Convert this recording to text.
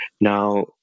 Now